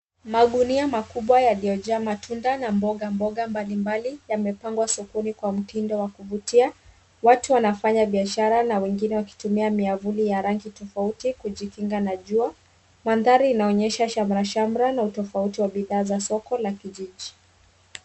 Magunia makubwa yaliyojaa matunda na mboga mboga mbalimbali yamepangwa sokoni kwa mtindo wa kuvutia. Watu wanafanya biashara na wengine wakitumia miavuli ya rangi tofauti kujikinga na jua. Mandhari inaonyesha shamrashamra na utofauti wa bidhaa za soko la kijiji.